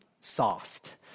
sauced